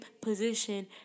position